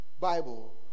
Bible